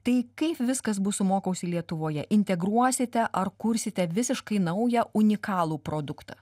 tai kaip viskas bus su mokausi lietuvoje integruosite ar kursite visiškai naują unikalų produktą